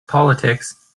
politics